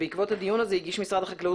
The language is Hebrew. ובעקבות הדיון הזה הגיש משרד החקלאות